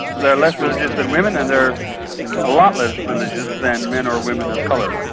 they're less religious than women and they're a lot less religious than men or women of colour.